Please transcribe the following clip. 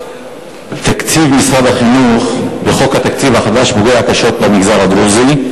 תקציב משרד החינוך בחוק התקציב החדש פוגע קשות במגזר הדרוזי.